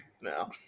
No